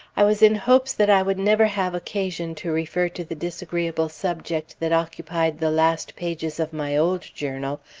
i was in hopes that i would never have occasion to refer to the disagreeable subject that occupied the last pages of my old journal,